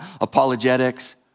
apologetics